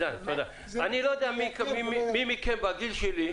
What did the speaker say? אני לא יודע מי מכם בגיל שלי,